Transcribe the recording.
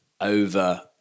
over